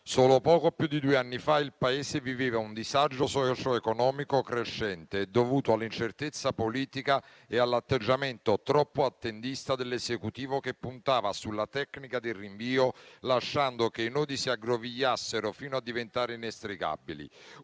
solo poco più di due anni fa il Paese viveva un disagio socio-economico crescente, dovuto all'incertezza politica e all'atteggiamento troppo attendista dell'Esecutivo, che puntava sulla tecnica del rinvio lasciando che i nodi si aggrovigliassero fino a diventare inestricabili: